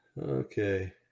Okay